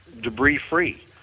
debris-free